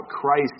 Christ